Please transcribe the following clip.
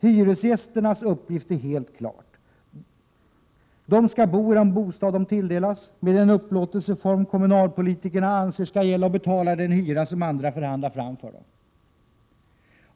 Hyresgästernas uppgift är helt klar. De skall bo i den bostad som de tilldelas, med den upplåtelseform som kommunalpolitikerna anser skall gälla, och betala den hyra som andra förhandlar fram åt dem.